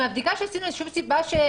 מהבדיקה שעשינו אין שום סיבה שדווקא הם